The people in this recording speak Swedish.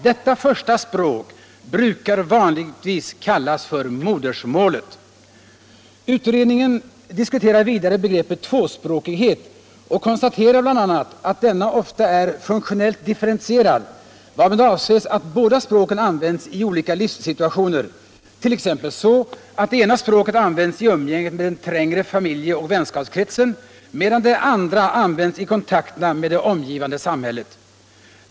Detta första språk brukar vanligtvis kallas för modersmålet. Utredningen diskuterar vidare begreppet tvåspråkighet och konstaterar bl.a. att denna ofta är funktionellt differentierad, varmed avses att båda språken används i olika livssituationer, t.ex. så att det ena språket används i umgänget med den trängre familjeoch vänskapskretsen medan det andra används i kontakterna med det omgivande samhället.